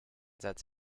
satz